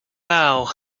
now